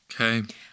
Okay